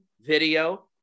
video